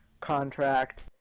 contract